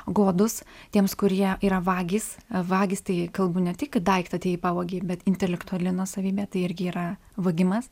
godūs tiems kurie yra vagys vagys tai kalbu ne tik daiktą atėjai pavogei bet intelektuali nuosavybė tai irgi yra vogimas